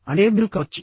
అంటే మీరు కావచ్చు